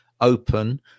open